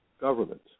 government